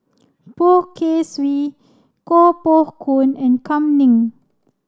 Poh Kay Swee Koh Poh Koon and Kam Ning